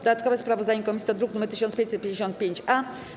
Dodatkowe sprawozdanie komisji to druk nr 1555-A.